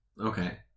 Okay